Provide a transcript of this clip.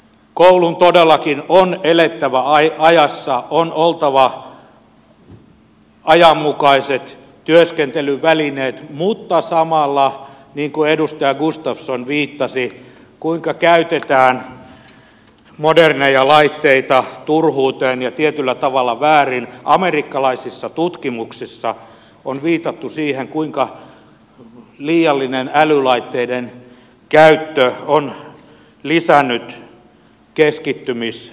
koulun todellakin on elettävä ajassa on oltava ajanmukaiset työskentelyvälineet mutta samalla niin kuin edustaja gustafsson viittasi kuinka käytetään moderneja laitteita turhuuteen ja tietyllä tavalla väärin amerikkalaisissa tutkimuksissa on viitattu siihen kuinka liiallinen älylaitteiden käyttö on lisännyt keskittymisvaikeuksia